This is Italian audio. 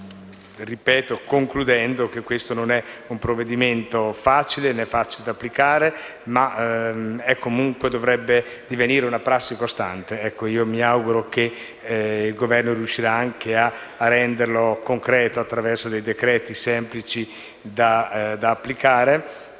operatori. Concludendo, questo non è un provvedimento facile, né di facile applicazione, ma comunque dovrebbe divenire una prassi costante. Mi auguro che il Governo riesca a renderlo concreto attraverso decreti semplici da applicare.